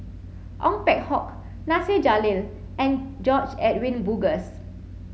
Ong Peng Hock Nasir Jalil and George Edwin Bogaars